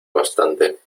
bastante